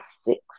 six